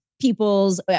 people's